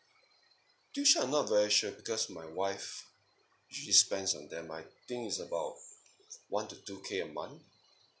tuition I'm not very sure because my wife usually spends on them I think it's about one to two K a month